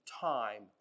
time